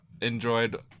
enjoyed